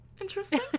interesting